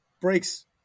breaks